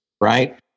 right